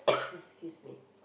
excuse me